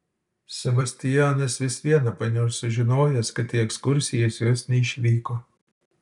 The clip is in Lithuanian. sebastianas vis viena paniurs sužinojęs kad į ekskursijas jos neišvyko